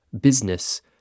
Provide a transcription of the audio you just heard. business